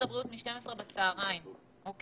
הבריאות מהשעה שתים-עשר בצוהריים היום: